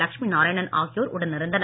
லட்சுமி நாராயணன் ஆகியோர் உடனிருந்தனர்